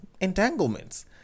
entanglements